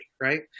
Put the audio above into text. right